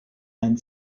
and